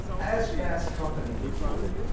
as fast company reported,